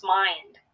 mind